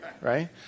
right